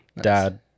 Dad